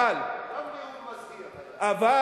ושוב נאמר: נאום מזהיר, אבל.